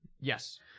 Yes